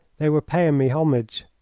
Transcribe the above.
they were paying me homage,